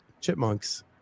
chipmunks